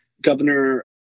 governor